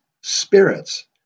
spirits